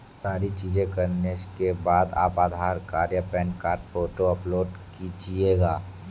सारी चीजें करने के बाद आप आधार कार्ड या पैन कार्ड फोटो अपलोड कीजिएगा